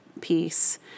piece